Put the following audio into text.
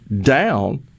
down